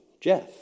Jeff